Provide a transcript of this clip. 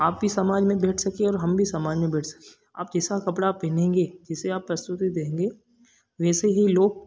आप भी समाज में बैठ सकें और हम भी समाज में बैठ सकें आप कैसा कपड़ा पहनेंगे जिससे आप प्रस्तुति देंगे वैसे ही लोग